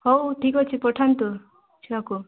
ହଉ ଠିକ୍ ଅଛି ପଠାନ୍ତୁ ଛୁଆକୁ